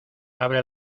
abre